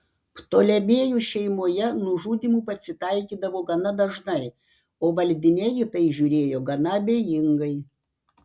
ptolemėjų šeimoje nužudymų pasitaikydavo gana dažnai o valdiniai į tai žiūrėjo gana abejingai